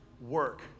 work